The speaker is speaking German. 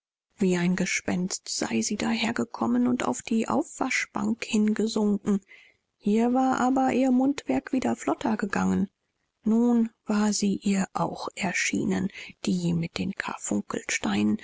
wie ein gespenst sei sie dahergekommen und auf die aufwaschbank hingesunken hier war aber ihr mundwerk wieder flotter gegangen nun war sie ihr auch erschienen die mit den karfunkelsteinen